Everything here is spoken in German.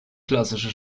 klassische